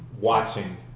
watching